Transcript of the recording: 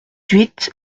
huit